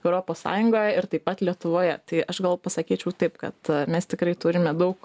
europos sąjungoje ir taip pat lietuvoje tai aš gal pasakyčiau taip kad mes tikrai turime daug